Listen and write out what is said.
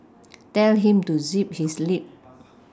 tell him to zip his lip